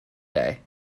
day